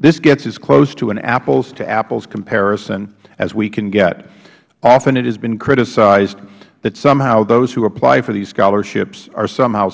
this gets as close as an apples to apples comparison as we can get often it has been criticized that somehow those who apply for these scholarships are somehow